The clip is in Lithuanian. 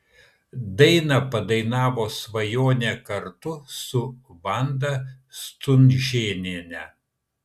dainą padainavo svajonė kartu su vanda stunžėniene